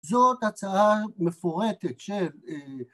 ‫זאת הצעה מפורטת של...